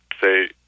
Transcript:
say